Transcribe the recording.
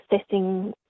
Assessing